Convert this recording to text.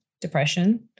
depression